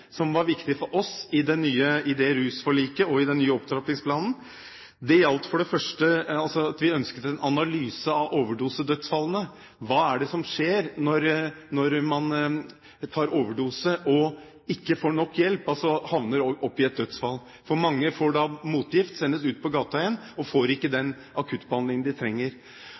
som var viktig for oss i det rusforliket og i den nye opptrappingsplanen. Det gjaldt for det første at vi ønsket en analyse av overdosedødsfallene: Hva er det som skjer når man tar overdose og ikke får nok hjelp og er nær ved å dø? Mange får motgift og sendes ut på gaten igjen og får ikke den akuttbehandlingen de trenger.